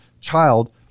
child